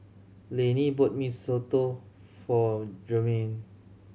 Layne bought Mee Soto for Jermaine